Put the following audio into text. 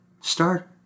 Start